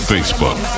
Facebook